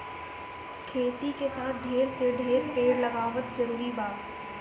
खेती के साथे ढेर से ढेर पेड़ लगावल जरूरी बा